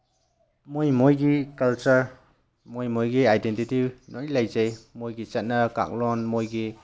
ꯃꯣꯏꯒꯤ ꯃꯣꯏꯒꯤ ꯀꯜꯆꯔ ꯃꯣꯏꯒꯤ ꯃꯣꯏꯒꯤ ꯑꯥꯏꯗꯦꯟꯇꯤꯇꯤ ꯂꯣꯏꯅ ꯂꯩꯖꯩ ꯃꯣꯏꯒꯤ ꯆꯠꯅ ꯀꯥꯡꯂꯣꯟ ꯃꯣꯏꯒꯤ